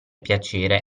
piacere